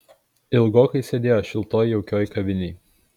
ilgokai sėdėjo šiltoj jaukioj kavinėj